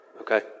okay